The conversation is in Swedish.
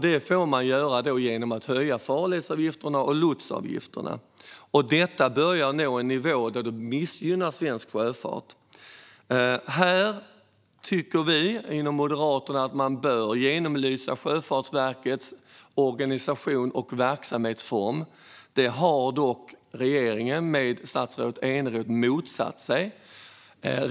Det får man då göra genom att höja farledsavgifterna och lotsavgifterna, och dessa börjar nå en nivå som missgynnar svensk sjöfart. Vi moderater tycker att man bör genomlysa Sjöfartsverkets organisation och verksamhetsform. Det har dock statsrådet Eneroth och regeringen motsatt sig.